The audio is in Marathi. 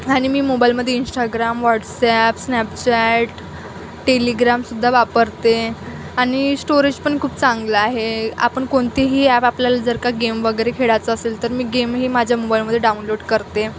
आणि मी मोबाईलमध्ये इंस्टाग्राम व्हॉट्सॲप स्नॅपचॅट टेलिग्राम सुद्धा वापरते आणि स्टोरेज पण खूप चांगलं आहे आपण कोणतीही ॲप आपल्याला जर का गेम वगैरे खेळायचं असेल तर मी गेमही माझ्या मोबाईलमध्ये डाउनलोड करते